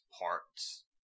parts